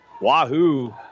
Wahoo